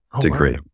degree